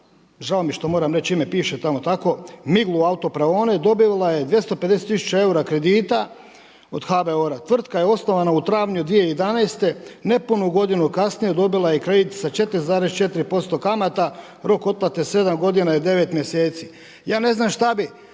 žao mi je što moram reći ime piše tamo tako Miglu autobraone dobivala je 250000 eura kredita od HBOR-a. Tvrtka je osnovana u travnju 2011. nepunu godinu kasnije dobila je kredit sa 4,4% kamata, rok otplate 7 godina i 9 mjeseci. Ja ne znam šta bi